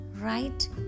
right